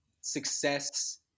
success